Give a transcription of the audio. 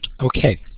Okay